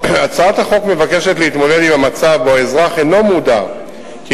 הצעת החוק מבקשת להתמודד עם המצב שבו האזרח אינו מודע לכך